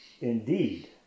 Indeed